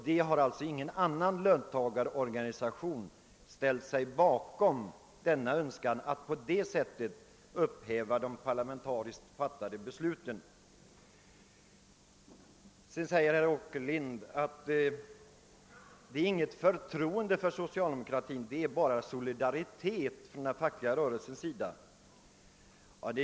Men ingen annan löntagarorganisation har ställt sig bakom denna metod att upphäva de parlamentariskt fattade besluten. Herr Åkerlind sade att det inte rör sig om något förtroende för socialdemokratin från den fackliga rörelsens sida utan bara om solidaritet.